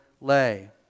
lay